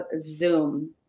Zoom